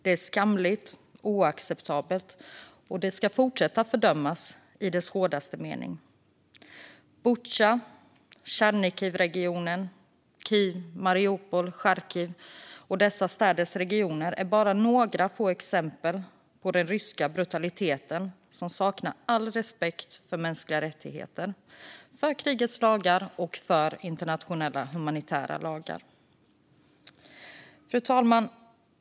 Det är skamligt och oacceptabelt och ska fortsätta fördömas i dess hårdaste mening. Händelserna i Butja, Tjernihiv, Kiev, Mariupol, Charkiv och dessa städers regioner är bara några få exempel på den ryska brutalitet som saknar all respekt för mänskliga rättigheter, krigets lagar och de internationella humanitära lagarna. Fru talman!